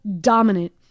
dominant